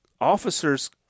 officers